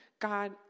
God